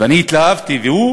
ואני התלהבתי, והוא